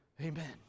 amen